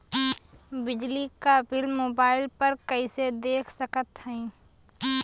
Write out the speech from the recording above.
बिजली क bill mobile पर कईसे देख सकत हई?